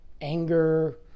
anger